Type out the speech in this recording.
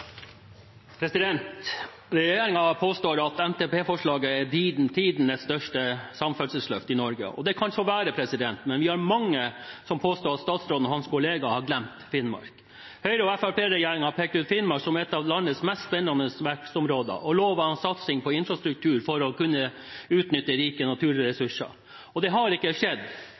påstår at NTP-forslaget er tidenes største samferdselsløft i Norge. Det kan så være, men vi er mange som påstår at statsråden og hans kollega har glemt Finnmark. Høyre–Fremskrittsparti-regjeringen har pekt ut Finnmark som et av landets mest spennende vekstområder og lovet en satsing på infrastruktur for å kunne utnytte rike naturressurser. Det har ikke skjedd.